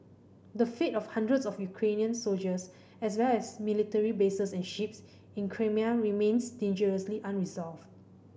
the fate of hundreds of Ukrainian soldiers as well as military bases and ships in Crimea remains dangerously unresolved